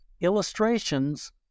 illustrations